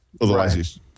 Otherwise